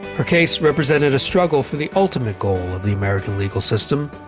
her case represented a struggle for the ultimate goal of the american legal system.